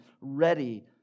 ready